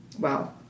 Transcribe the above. Wow